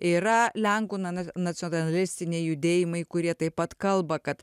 yra lenkų na na nacionalistiniai judėjimai kurie taip pat kalba kad